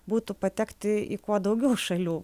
būtų patekti į kuo daugiau šalių